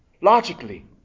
logically